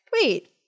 wait